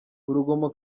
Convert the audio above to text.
urugomo